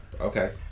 Okay